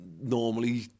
normally